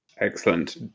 Excellent